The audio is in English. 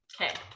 Okay